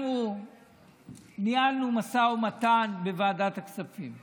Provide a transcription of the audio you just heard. אנחנו ניהלנו משא ומתן בוועדת הכספים ואמרנו: